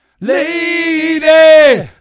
Lady